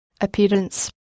Appearance